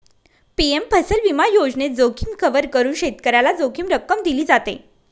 PM फसल विमा योजनेत, जोखीम कव्हर करून शेतकऱ्याला जोखीम रक्कम दिली जाते